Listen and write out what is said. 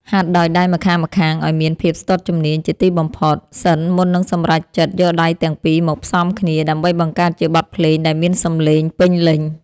ហាត់ដោយដៃម្ខាងៗឱ្យមានភាពស្ទាត់ជំនាញជាទីបំផុតសិនមុននឹងសម្រេចចិត្តយកដៃទាំងពីរមកផ្សំគ្នាដើម្បីបង្កើតជាបទភ្លេងដែលមានសម្លេងពេញលេញ។